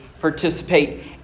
participate